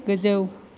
गोजौ